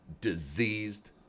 diseased